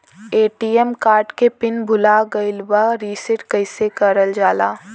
ATM card के PIN भूला गइल बा रीसेट कईसे करल जाला?